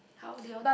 how Dion